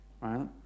Right